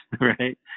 Right